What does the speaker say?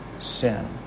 sin